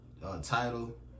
title